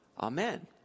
Amen